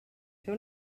fer